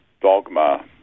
dogma